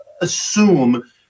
assume